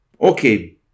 Okay